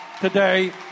today